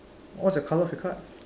what's the color of your card